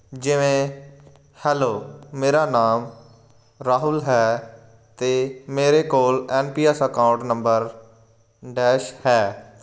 ਜਿਵੇਂ ਹੈਲੋ ਮੇਰਾ ਨਾਮ ਰਾਹੁਲ ਹੈ ਅਤੇ ਮੇਰੇ ਕੋਲ N P S account number dash ਹੈ